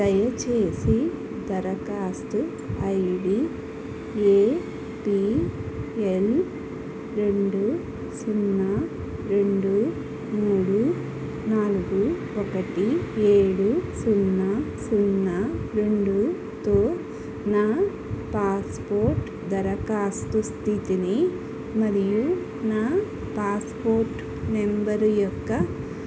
దయచేసి దరఖాస్తు ID A P L రెండు సున్నా రెండు మూడు నాలుగు ఒకటి ఏడు సున్నా సున్నారెండుతో నా పాస్పోర్ట్ దరఖాస్తు స్థితిని మరియు నా పాస్పోర్ట్ నంబరు యొక్క